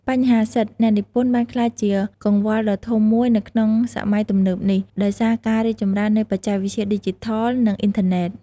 បញ្ហាសិទ្ធិអ្នកនិពន្ធបានក្លាយជាកង្វល់ដ៏ធំមួយនៅក្នុងសម័យទំនើបនេះ ដោយសារការរីកចម្រើននៃបច្ចេកវិទ្យាឌីជីថល និងអ៊ីនធឺណេត។